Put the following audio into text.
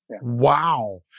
Wow